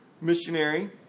missionary